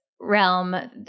realm